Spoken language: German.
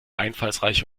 einfallsreiche